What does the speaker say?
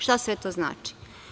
Šta sve to znači?